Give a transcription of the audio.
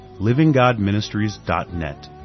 livinggodministries.net